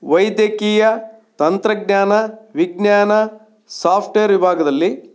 ವೈದ್ಯಕೀಯ ತಂತ್ರಜ್ಞಾನ ವಿಜ್ಞಾನ ಸಾಫ್ಟೇರ್ ವಿಭಾಗದಲ್ಲಿ